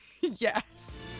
yes